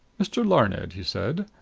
mr. larned, he said,